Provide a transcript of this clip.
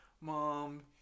Mom